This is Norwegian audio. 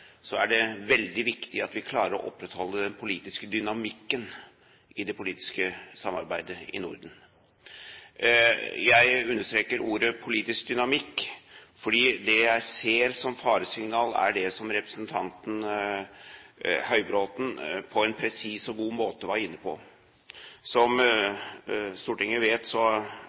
er det veldig viktig at vi klarer å opprettholde den politiske dynamikken i det politiske samarbeidet i Norden. Jeg understreker ordet politisk «dynamikk», fordi det jeg ser som et faresignal, er det som representanten Høybråten på en presis og god måte var inne på. Som Stortinget vet, så